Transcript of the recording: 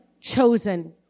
chosen